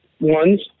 ones